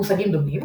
מושגים דומים